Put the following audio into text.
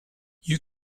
you